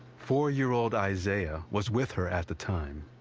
four-year-old izayah was with her at the time.